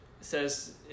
says –